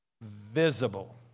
visible